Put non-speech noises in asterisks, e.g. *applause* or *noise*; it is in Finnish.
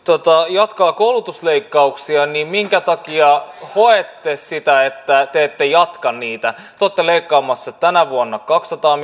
jatkaa koulutusleikkauksia niin minkä takia hoette että te ette jatka niitä te olette leikkaamassa tänä vuonna kaksisataa *unintelligible*